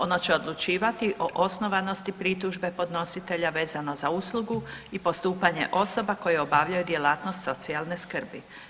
Ono će odlučivati o osnovanosti pritužbe podnositelja vezano za uslugu i postupanje osoba koje obavljaju djelatnost socijalne skrbi.